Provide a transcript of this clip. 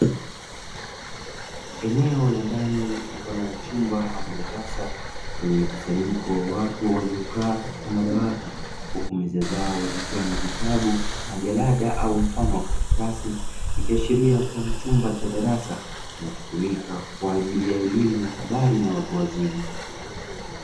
Eneo la ndani mfano wa chumba ama darasa lenye mkusanyiko wa watu waliokaa katika madawati huku meza zao zikiwa na vitabu, majarada au mfano wa karatasi ikiashiria kuwa ni chumba cha darasa kinachotumika kwa ajili ya elimu ya habari na watu wazima.